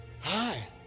Hi